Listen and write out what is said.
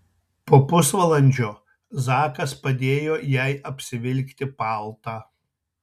po pusvalandžio zakas padėjo jai apsivilkti paltą